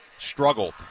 struggled